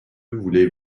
voulez